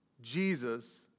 Jesus